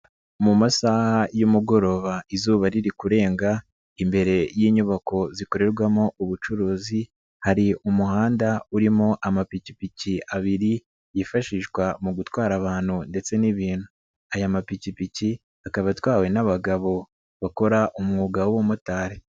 Mu masaha y'umugoroba izuba riri kurenga, imbere y'inyubako zikorerwamo ubucuruzi, hari umuhanda urimo amapikipiki abiri, yifashishwa mu gutwara abantu ndetse n'ibintu. Aya mapikipiki akaba atwawe n'abagabo bakora umwuga w'ubumotari.